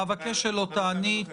אבקש שלא תעני,